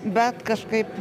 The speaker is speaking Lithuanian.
bet kažkaip